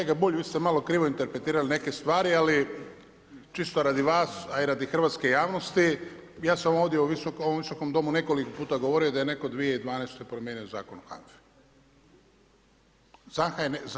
Kolega Bulj vi ste malo krivo interpretirali neke stvari, ali čisto radi vas, a i radi hrvatske javnosti, ja sam ovdje u ovom Visokom domu nekoliko puta govorio da je neko 2012. promijenio Zakon o HANFA-i.